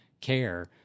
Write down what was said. care